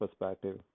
perspective